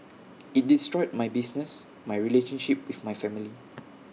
IT destroyed my business my relationship with my family